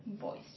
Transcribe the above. voice